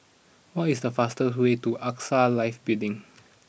what is the fastest way to Axa Life Building